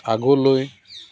আগলৈ